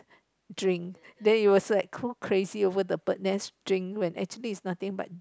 drink there it was like cool crazy over the bird nest drink when actually is nothing but